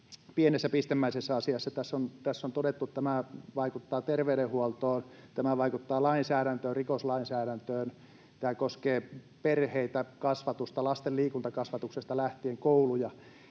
pienessä, pistemäisessä asiassa. Tässä on todettu, että tämä vaikuttaa terveydenhuoltoon, tämä vaikuttaa lainsäädäntöön, rikoslainsäädäntöön, tämä koskee perheitä, kasvatusta lasten liikuntakasvatuksesta lähtien, kouluja.